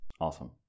Awesome